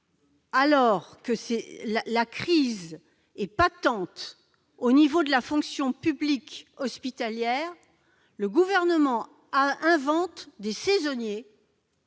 Alors que la crise est patente dans la fonction publique hospitalière, le Gouvernement invente des saisonniers